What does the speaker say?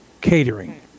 catering